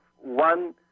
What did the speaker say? One